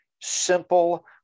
simple